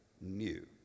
new